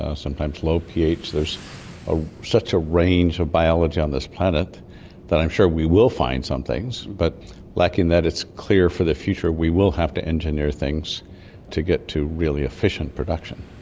ah sometimes low ph. there's ah such a range of biology on this planet that i'm sure we will find some things, but lacking that it's clear for the future we will have to engineer things to get to really efficient production.